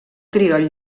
crioll